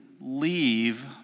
leave